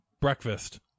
breakfast